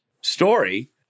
story